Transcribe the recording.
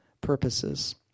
purposes